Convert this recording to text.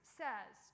says